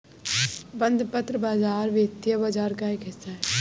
बंधपत्र बाज़ार वित्तीय बाज़ार का एक हिस्सा है